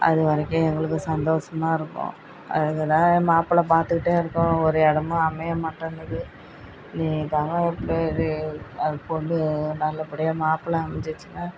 அது வரைக்கும் எங்களுக்கு சந்தோஷமா இருக்கும் அதுக்குதான் மாப்பிள்ள பார்த்துக்கிட்டே இருக்கோம் ஒரு இடமும் அமையமாட்டேங்கிது இனி அதுக்கு நல்லப்படியாக மாப்ளை அமைச்சுச்சின்னா